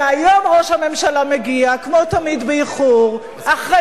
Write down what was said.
איפה היית בהצבעות ביום